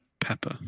Pepper